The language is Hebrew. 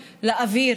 לאוויר,